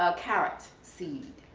ah carrot seed,